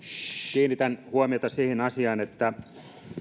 kiinnitän huomiota siihen asiaan että